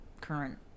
current